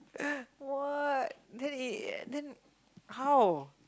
what then it then how